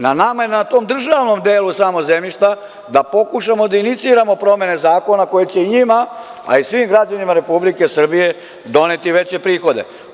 Na nama je samo da na tom državnom delu zemljišta pokušamo da iniciramo promene zakone koje će njima, a i svim građanima Republike Srbije doneti veće prihode.